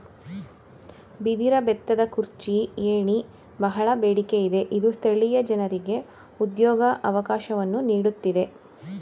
ಬಿದಿರ ಬೆತ್ತದ ಕುರ್ಚಿ, ಏಣಿ, ಬಹಳ ಬೇಡಿಕೆ ಇದೆ ಇದು ಸ್ಥಳೀಯ ಜನರಿಗೆ ಉದ್ಯೋಗವಕಾಶವನ್ನು ನೀಡುತ್ತಿದೆ